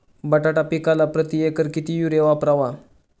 बटाटा पिकाला प्रती एकर किती युरिया वापरावा?